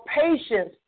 patience